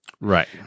Right